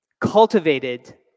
Cultivated